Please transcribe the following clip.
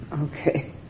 Okay